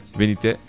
venite